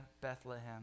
Bethlehem